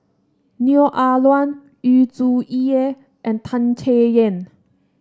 Neo Ah Luan Yu Zhuye and Tan Chay Yan